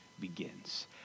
begins